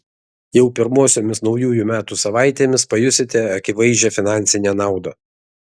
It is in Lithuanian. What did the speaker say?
jau pirmosiomis naujųjų metų savaitėmis pajusite akivaizdžią finansinę naudą